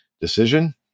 decision